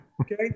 Okay